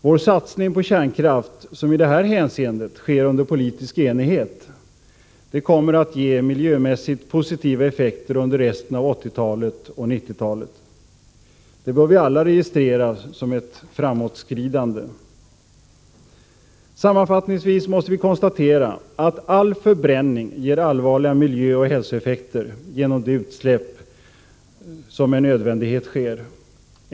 Vår satsning på kärnkraft, som i det här hänseendet sker under politisk enighet, kommer att ge miljömässigt positiva effekter under resten av 1980-talet och under 1990-talet. Detta bör vi alla registrera som ett framåtskridande. Sammanfattningsvis måste vi konstatera att all förbränning ger allvarliga miljöoch hälsoeffekter genom de utsläpp som med nödvändighet sker.